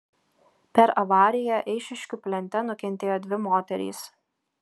per avariją eišiškių plente nukentėjo dvi moterys